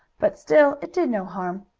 but still it did no harm.